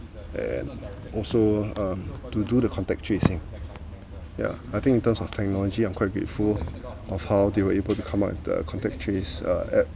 and also to do the contact tracing ya I think in terms of technology I'm quite grateful of how they were able to come up with the contact trace uh app